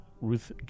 Ruth